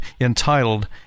entitled